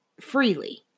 freely